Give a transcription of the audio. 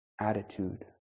attitude